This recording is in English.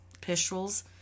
pistols